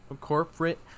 corporate